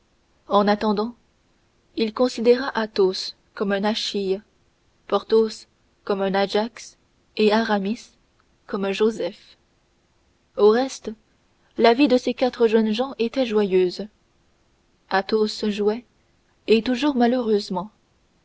en attendant il considéra athos comme un achille porthos comme un ajax et aramis comme un joseph au reste la vie des quatre jeunes gens était joyeuse athos jouait et toujours malheureusement